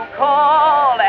call